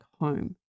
home